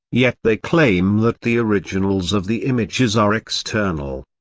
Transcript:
yet they claim that the originals of the images are external.